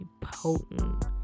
potent